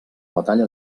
batalla